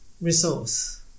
resource